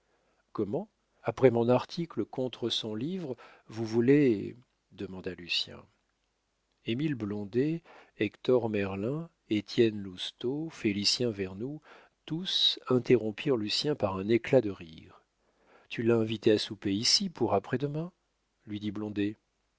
comment après mon article contre son livre vous voulez demanda lucien émile blondet hector merlin étienne lousteau félicien vernou tous interrompirent lucien par un éclat de rire tu l'as invité à souper ici pour après-demain lui dit